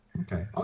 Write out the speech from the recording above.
okay